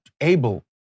able